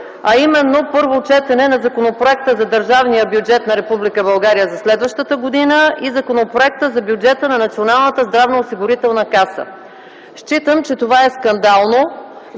а именно първо четене на Законопроекта за държавния бюджет на Република България за следващата година и Законопроекта за бюджета на Националната здравноосигурителна каса. Смятам, че това е скандално.